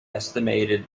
estimated